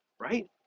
right